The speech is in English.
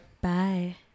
Bye